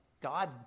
God